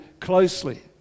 closely